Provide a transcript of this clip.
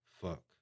Fuck